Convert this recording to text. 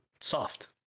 soft